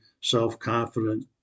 self-confident